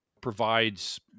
provides